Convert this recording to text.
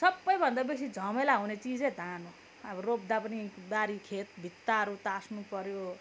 सबैभन्दा बेसी झमेला हुने चाहिँजै धान हो अब रोप्दा पनि बारी खेत भित्ताहरू तास्नु पऱ्यो